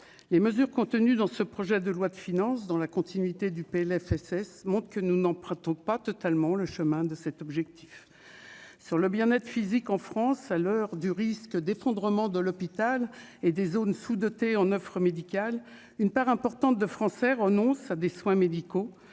les mesures contenues dans ce projet de loi de finances dans la continuité du PLFSS monte que nous n'empruntons pas totalement le chemin de cet objectif sur le bien-être physique en France à l'heure du risque d'effondrement de l'hôpital et des zones sous-dotées en offre médicale, une part importante de Français renoncent à des soins médicaux,